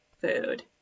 food